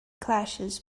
clashes